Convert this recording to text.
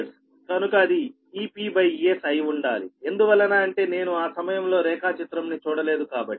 కనుక అది Ep Es అయి ఉండాలి ఎందువలన అంటే నేను ఆ సమయంలో రేఖాచిత్రం ని చూడలేదు కాబట్టి